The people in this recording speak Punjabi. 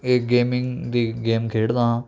ਇਹ ਗੇਮਿੰਗ ਦੀ ਗੇਮ ਖੇਡਦਾ ਹਾਂ